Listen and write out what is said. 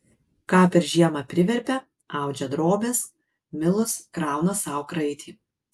ką per žiemą priverpia audžia drobes milus krauna sau kraitį